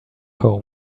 home